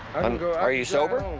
are you sober?